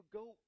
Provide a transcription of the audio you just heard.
go